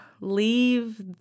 leave